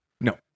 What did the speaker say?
No